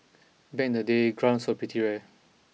back in the day grants were pretty rare